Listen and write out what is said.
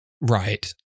Right